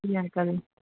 जी uncle